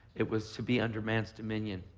it was to be under man's dominion.